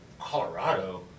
Colorado